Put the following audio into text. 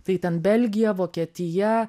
tai ten belgija vokietija